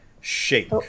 shake